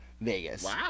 Vegas